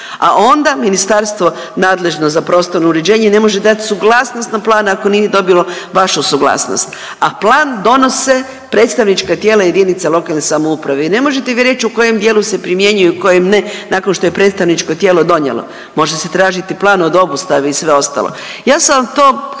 a onda ministarstvo nadležno za prostorno uređenje ne može dat suglasnost na plan ako nije dobilo vašu suglasnost, a plan donose predstavnička tijela jedinica lokalne samouprave jer ne možete vi reć u kojem dijelu se primjenjuje u kojem ne nakon što je predstavničko tijelo donijelo. Može se tražiti plan od obustave i sve ostalo. Ja sam vam